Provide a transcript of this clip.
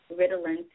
Ritalin